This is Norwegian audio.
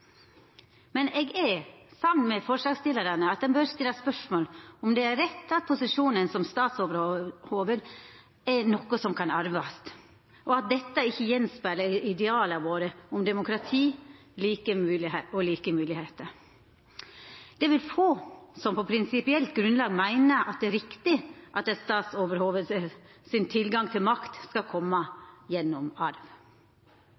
Men eg er samd med forslagsstillarane i at ein bør stilla spørsmål om det er rett at posisjonen som statsoverhovud er noko som kan arvast, og at dette ikkje speglar ideala våre om demokrati og like moglegheiter. Det er vel få som på prinsipielt grunnlag meiner at det er riktig at eit statsoverhovuds tilgang til makt skal